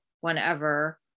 whenever